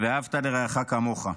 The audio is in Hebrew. ואהבת לרעך כמוך.